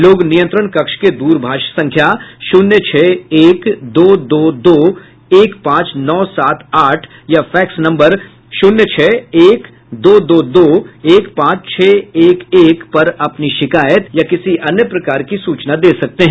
लोग नियंत्रण कक्ष के द्रभाष संख्या शून्य छह एक दो दो दो एक पांच नौ सात आठ या फैक्स नम्बर शून्य छह एक दो दो दो एक पांच छह एक एक पर अपनी शिकायत या किसी अन्य प्रकार की सूचना दे सकते हैं